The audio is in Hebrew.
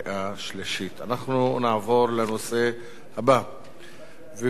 אנחנו נעבור לנושא הבא והוא: הצעת חוק פיקוח